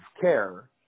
care